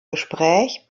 gespräch